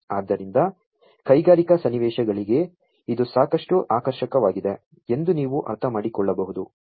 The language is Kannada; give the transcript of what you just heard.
ಆದ್ದರಿಂದ ಕೈಗಾರಿಕಾ ಸನ್ನಿವೇಶಗಳಿಗೆ ಇದು ಸಾಕಷ್ಟು ಆಕರ್ಷಕವಾಗಿದೆ ಎಂದು ನೀವು ಅರ್ಥಮಾಡಿಕೊಳ್ಳಬಹುದು